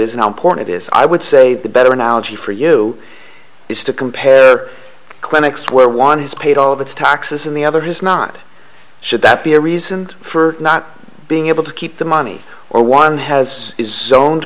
in porn it is i would say the better analogy for you is to compare clinics where one has paid all of its taxes in the other his not should that be a reason for not being able to keep the money or one has his